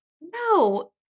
No